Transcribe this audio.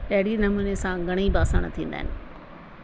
अहिड़े ई नमूने सां घणेई बासण थींदा आहिनि